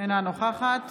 אינה נוכחת